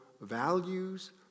values